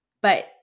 but-